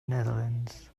netherlands